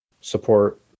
support